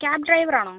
cab driver ആണോ